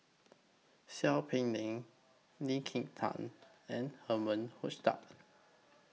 Seow Peck Leng Lee Kin Tat and Herman Hochstadt